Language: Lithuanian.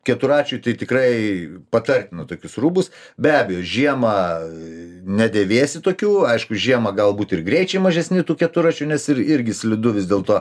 keturračiui tai tikrai patartina tokius rūbus be abejo žiemą nedėvėsi tokių aišku žiemą galbūt ir greičiai mažesni tų keturračių nes ir irgi slidu vis dėlto